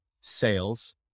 sales